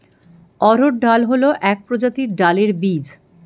অড়হর ডাল হল এক প্রজাতির ডালের বীজ